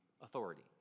authority